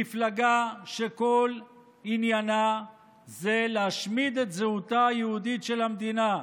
מפלגה שכל עניינה הוא להשמיד את זהותה היהודית של המדינה,